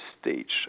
stage